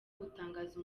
gutangaza